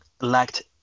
lacked